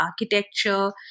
Architecture